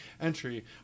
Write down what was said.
entry